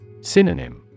Synonym